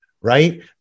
right